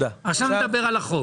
עכשיו נדבר על החוק.